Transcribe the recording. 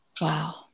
Wow